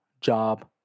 job